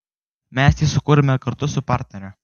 mes jį sukūrėme kartu su partnere